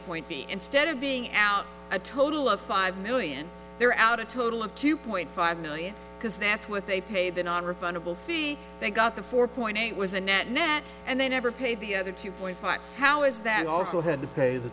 point b instead of being out a total of five million they're out a total of two point five million because that's what they pay the nonrefundable fee they got the four point eight was a net net and they never pay the other two point five how is that also had to pay th